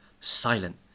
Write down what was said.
silent